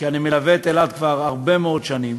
כי אני מלווה את אילת כבר הרבה מאוד שנים,